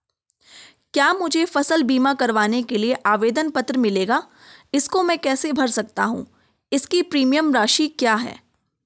क्या मुझे फसल बीमा करवाने के लिए आवेदन पत्र मिलेगा इसको मैं कैसे भर सकता हूँ इसकी प्रीमियम राशि क्या है?